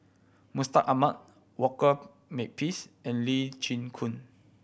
Mustaq Ahmad Walter Makepeace and Lee Chin Koon